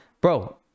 bro